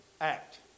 act